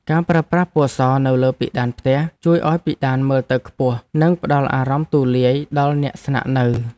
ការប្រើប្រាស់ពណ៌សនៅលើពិដានផ្ទះជួយឱ្យពិដានមើលទៅខ្ពស់និងផ្តល់អារម្មណ៍ទូលាយដល់អ្នកស្នាក់នៅ។